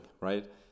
Right